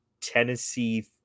Tennessee